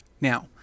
Now